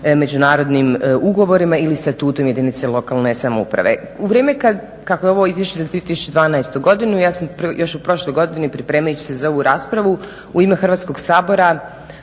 međunarodnim ugovorima ili Statutom jedinice lokalne samouprave. U vrijeme kad, kako je ovo izvješće za 2012. godinu, ja sam još u prošloj godini pripremajući se za ovu raspravu u ime Hrvatskog sabora,